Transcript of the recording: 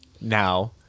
Now